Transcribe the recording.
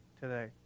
today